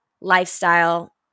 lifestyle